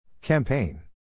Campaign